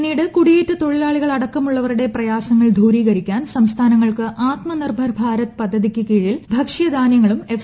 പിന്നീട് കുടിയേറ്റത്തൊഴിലാളികളടക്കമുള്ളവരുടെ പ്രയാസങ്ങൾ ദൂരീകരിക്കാൻ സംസ്ഥാനങ്ങൾക്ക് ആത്മനിർഭർ ഭാരത് പദ്ധതിക്ക് കീഴിൽ ഭക്ഷ്യധാന്യങ്ങളും എഫ്